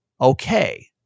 okay